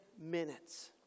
minutes